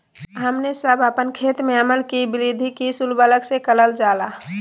हमने सब अपन खेत में अम्ल कि वृद्धि किस उर्वरक से करलजाला?